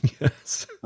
yes